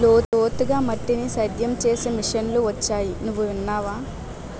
లోతుగా మట్టిని సేద్యం చేసే మిషన్లు వొచ్చాయి నువ్వు విన్నావా?